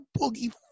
boogie